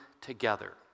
together